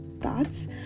thoughts